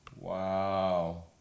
wow